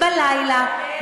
בלילה,